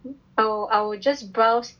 I will I will just browse